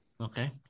okay